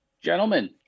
Gentlemen